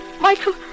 Michael